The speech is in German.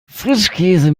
frischkäse